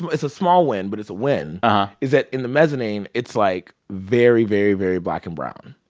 um it's a small win, but it's a win is that in the mezzanine, it's, like, very, very, very, black and brown,